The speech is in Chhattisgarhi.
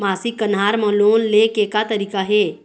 मासिक कन्हार म लोन ले के का तरीका हे?